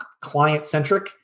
client-centric